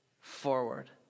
forward